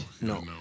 no